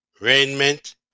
raiment